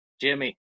Jimmy